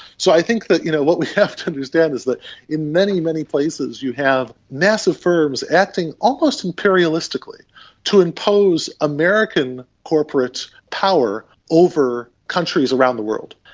so i think that you know what we have to understand is that in many, many places you have massive firms acting almost imperialistically to impose american corporate power over countries around the world.